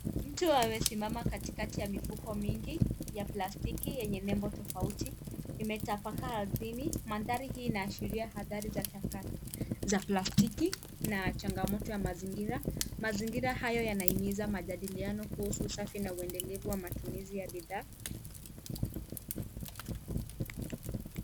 Mtu amesimama katikati ya mifuko mingi ya plastiki yenye nembo tofauti, limetapakaa ardhini, mandhari hii inaashiria adhari za taka za plastiki na changamoto ya mazingira. Mazingira hayo yanahimiza majadiliano kuhusu usafi na uendelevu wa matumizi ya bidhaa.